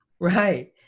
Right